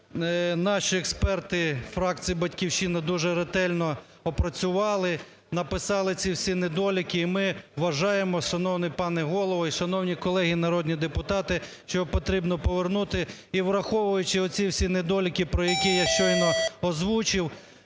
наші експерти фракції "Батьківщина" дуже ретельно опрацювали, написали ці всі недоліки. І ми вважаємо, шановний пане Голово і шановні колеги народні депутати, що потрібно повернути. І враховуючи оці всі недоліки, які я щойно озвучив,